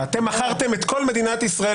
זה כבר מתקרב לשם,